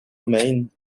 remain